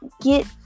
get